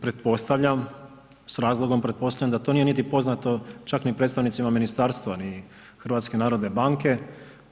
Pretpostavljam, s razlogom pretpostavljam da to nije niti poznato čak ni predstavnicima ministarstva ni HNB-a.